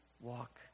walk